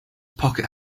pocket